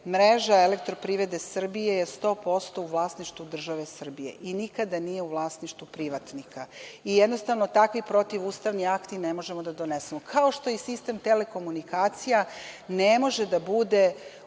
mreža elektroprivrede Srbije je 100% u vlasništvu države Srbije i nikada nije u vlasništvu privatnika. Jednostavno, takve protivustavne akte ne možemo da donesemo. Sistem telekomunikacija, takođe, ne može da bude